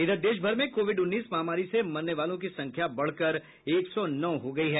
इधर देश भर में कोविड उन्नीस महामारी से मरने वालों की संख्या बढ़कर एक सौ नौ हो गयी है